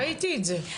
ראיתי את זה.